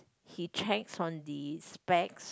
he checks on the specs